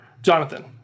Jonathan